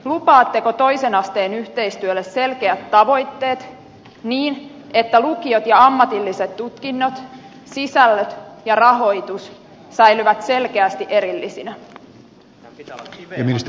lupaatteko toisen asteen yhteistyölle selkeät tavoitteet niin että lukiot ja ammatilliset tutkinnot sisällöt ja rahoitus säilyvät selkeästi erillisinä